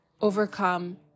overcome